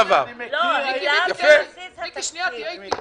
--- על שינויו.